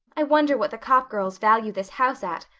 i wonder what the copp girls value this house at.